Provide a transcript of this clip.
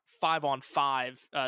five-on-five